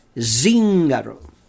Zingaro